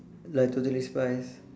like totally spies